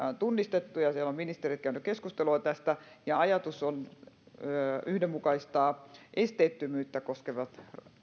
on tunnistettu ja siellä ovat ministerit käyneet keskustelua tästä ja ajatus on yhdenmukaistaa esteettömyyttä koskevat